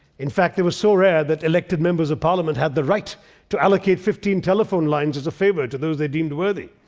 in fact, they were so rare that elected members of parliament had the right to allocate fifteen telephone lines as a favor to those they deemed worthy.